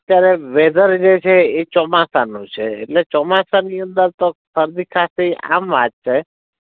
અત્યારે વેધર જે છે એ ચોમાસાનું છે એટલે ચોમાસાની અંદર તો શરદી ખાંસી આમ વાત છે